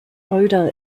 oda